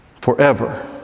forever